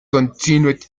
continued